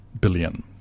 billion